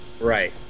Right